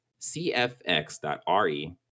cfx.re